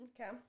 Okay